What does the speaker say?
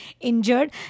injured